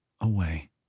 away